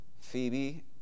Phoebe